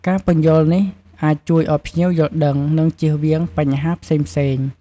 ការពន្យល់នេះអាចជួយឱ្យភ្ញៀវយល់ដឹង និងជៀសវាងបញ្ហាផ្សេងៗ។